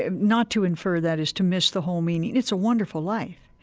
ah not to infer that is to miss the whole meaning. it's a wonderful life.